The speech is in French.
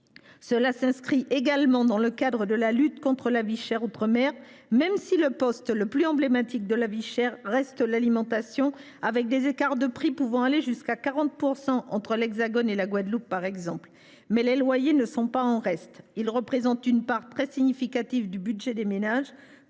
s’inscrit dans le cadre de la lutte contre la vie chère outre mer, même si le poste le plus emblématique en la matière reste l’alimentation, avec des écarts de prix pouvant s’élever jusqu’à 40 % entre l’Hexagone et la Guadeloupe, par exemple. Les loyers ne sont pas en reste : ils représentent une part très significative du budget des ménages,